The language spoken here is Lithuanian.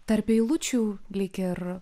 tarp eilučių lyg ir